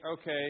okay